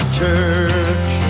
church